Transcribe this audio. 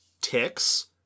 Ticks